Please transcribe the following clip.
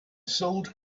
sold